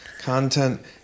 Content